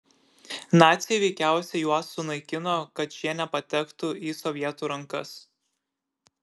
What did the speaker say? naciai veikiausiai juos sunaikino kad šie nepatektų į sovietų rankas